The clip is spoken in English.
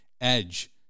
edge